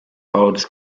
holds